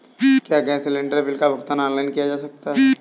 क्या gas cylinder bill का भुगतान ऑनलाइन किया जा सकता है?